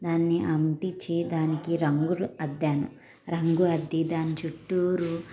దానిని అంటిచ్చి దానికి రంగులు అద్దాను రంగు అద్ది దాని చుట్టూరు